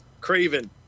craven